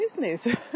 business